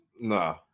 No